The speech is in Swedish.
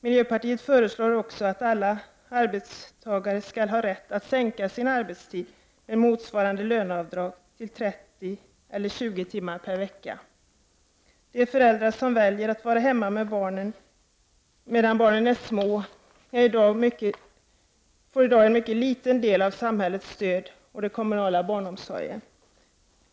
Miljöpartiet förseslår också att alla arbetstagare skall ha rätt att sänka sin arbetstid, med motsvarande löneavdrag, till 30 eller 20 timmar per vecka. De föräldrar som väljer att vara hemma medan barnen är små får i dag en mycket liten del av samhällets stöd till den kommunala barnomsorgen.